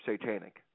satanic